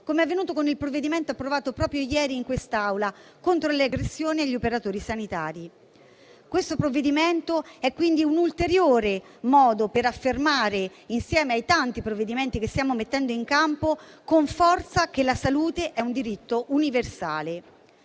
com'è avvenuto con il provvedimento approvato proprio ieri in quest'Aula contro le aggressioni agli operatori sanitari. Questo disegno di legge è quindi un ulteriore modo per affermare con forza, insieme ai tanti provvedimenti che stiamo mettendo in campo, che la salute è un diritto universale.